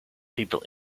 people